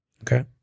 Okay